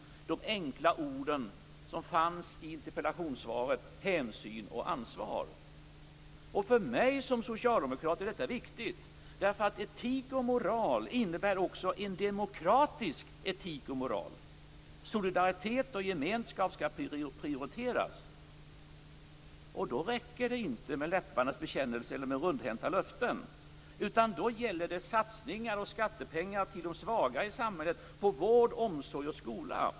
Det gäller de enkla ord som fanns i interpellationssvaret: hänsyn och ansvar. För mig som socialdemokrat är detta viktigt. Etik och moral innebär också en demokratisk etik och moral. Solidaritet och gemenskap skall prioriteras. Då räcker det inte med läpparnas bekännelse eller rundhänta löften. Då gäller det satsningar och skattepengar till de svaga i samhället vad gäller vård, omsorg och skola.